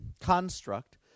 construct